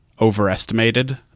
overestimated